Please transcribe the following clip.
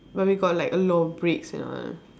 but we got like a lot of breaks and all